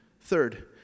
third